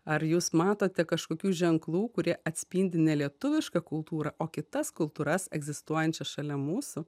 ar jūs matote kažkokių ženklų kurie atspindi ne lietuvišką kultūrą o kitas kultūras egzistuojančias šalia mūsų